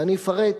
ואני אפרט: